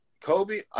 Kobe